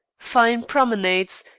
fine promenades,